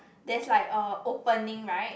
there's like a opening right